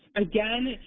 again,